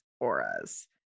auras